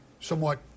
somewhat